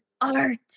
art